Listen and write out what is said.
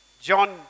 John